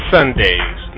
Sundays